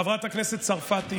חברת הכנסת צרפתי,